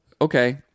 okay